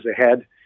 ahead